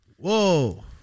Whoa